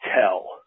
tell